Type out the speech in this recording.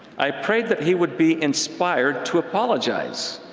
i prayed that he would be inspired to apologize